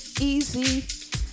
Easy